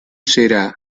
será